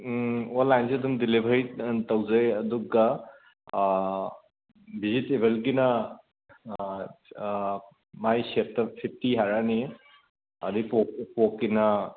ꯑꯣꯟꯂꯥꯏꯟꯖꯨ ꯑꯗꯨꯝ ꯗꯤꯂꯤꯕꯔꯤ ꯇꯧꯖꯩ ꯑꯗꯨꯒ ꯚꯦꯖꯤꯇꯦꯕꯜꯒꯤꯅ ꯃꯥꯏ ꯁꯦꯠꯇ ꯐꯤꯞꯇꯤ ꯍꯥꯏꯔꯛꯑꯅꯤ ꯑꯗꯩ ꯄꯣꯛ ꯄꯣꯛꯀꯤꯅ